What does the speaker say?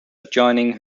adjoining